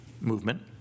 movement